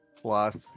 plus